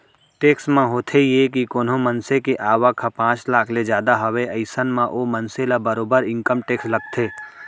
tax म होथे ये के कोनो मनसे के आवक ह पांच लाख ले जादा हावय अइसन म ओ मनसे ल बरोबर इनकम टेक्स लगथे